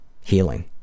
healing